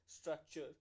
structure